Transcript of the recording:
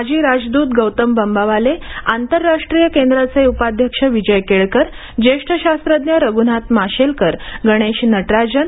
माजी राजदूतू गौतम बंबावाले आंतरराष्ट्रीय केंद्राचे उपाध्यक्ष विजय केळकर ज्येष्ठ शास्त्रज्ञ रघुनाथ माशेलकर गणेश नटराजन